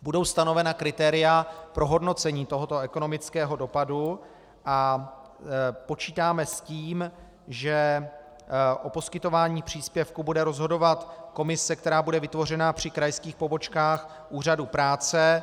Budou stanovena kritéria pro hodnocení tohoto ekonomického dopadu a počítáme s tím, že o poskytování příspěvku bude rozhodovat komise, která bude vytvořena při krajských pobočkách Úřadu práce.